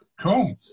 Cool